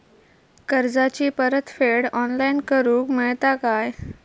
कर्जाची परत फेड ऑनलाइन करूक मेलता काय?